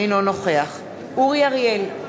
אינו נוכח אורי אריאל,